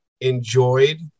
enjoyed